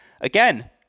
Again